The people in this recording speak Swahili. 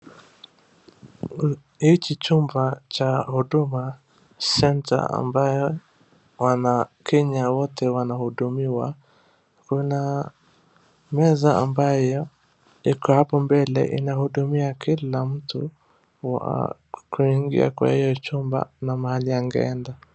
Hiki chumba cha Huduma Centre ambayo wanakenya wote wanahudumiwa, kuna meza ambayo iko hapo mbele inahudumia kila mtu wa kuingia kwa hio chumba na mahali angeenda.